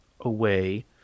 away